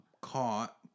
caught